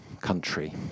country